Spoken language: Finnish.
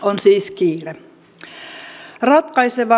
on siis kiire